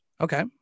Okay